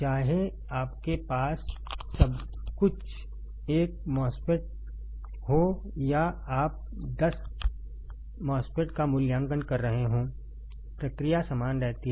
चाहे आपके पास सब कुछ एक MOSFET हो या आप दस MOSFET का मूल्यांकन कर रहे हों प्रक्रिया समान रहती है